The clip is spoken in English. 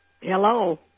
Hello